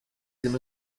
ddim